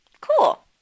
cool